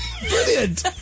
Brilliant